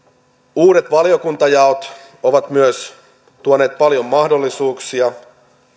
uudet valiokuntajaot ovat myös tuoneet paljon mahdollisuuksia